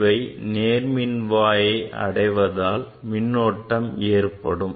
இவை நேர்மின் வாயை அடைவதால் மின்னோட்டம் ஏற்படும்